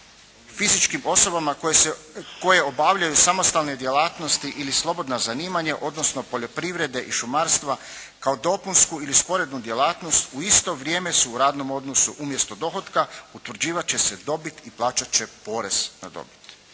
fizičkim osobama koje obavljaju samostalne djelatnosti ili slobodna zanimanja odnosno poljoprivrede i šumarstva kao dopunsku ili sporednu djelatnost u isto vrijeme su u radnom odnosu, umjesto dohotka utvrđivat će se dobit i plaćat će porez na dobit.